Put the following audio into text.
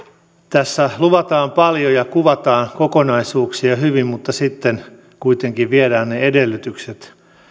tässä luvataan paljon ja kuvataan kokonaisuuksia hyvin mutta sitten kuitenkin viedään ne edellytykset